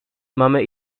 mamy